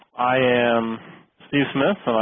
i am steve smith